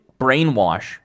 brainwash